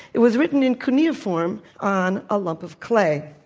it was written in kunena form on a lump of clay.